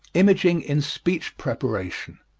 imaging in speech-preparation